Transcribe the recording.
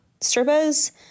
strippers